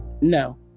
No